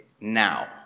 now